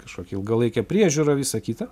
kažkokia ilgalaikė priežiūra visa kita